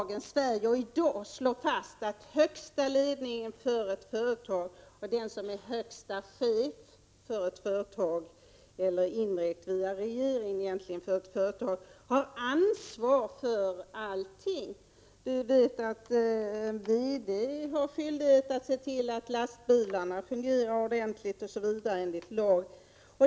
Herr talman! Det är viktigt i dagens Sverige att vi i dag slår fast att den som är högsta chef för ett företag indirekt via ledningen för företaget har ansvar för allting. Vi vet att en VD har skyldighet att se till att lastbilarna fungerar enligt lag osv.